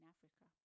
Africa